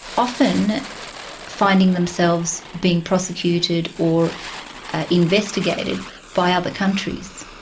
often finding themselves being prosecuted or investigated by other countries.